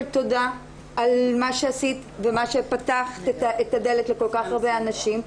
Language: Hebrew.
תודה על מה שעשית ושפתחת את הדלת לכל כך הרבה אנשים.